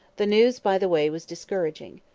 the news by the way was discouraging.